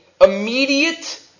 immediate